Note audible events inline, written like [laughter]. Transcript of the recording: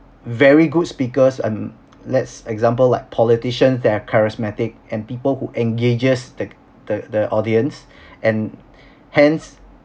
very good speakers and let's example like politicians that have charismatic and people who engages the the the audience [breath] and hence